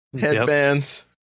headbands